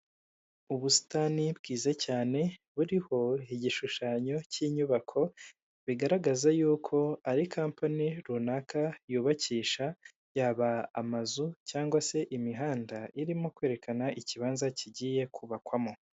Ubusitani bwiza cyane buriho igishushanyo k'inyubako bigaragaza yuko ari kampani runaka yubakisha yaba amazu cyangwa se imihandi irimo kwerekana ikibanza kigiye kubakwamo.